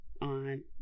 on